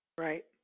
Right